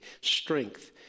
strength